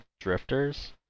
drifters